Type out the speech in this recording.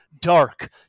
dark